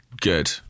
good